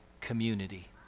community